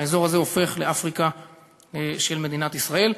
האזור הזה הופך לאפריקה של מדינת ישראל.